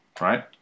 Right